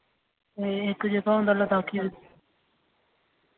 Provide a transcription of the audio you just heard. ए इक जेह्का होंदा लद्दाखी